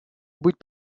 быть